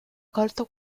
colto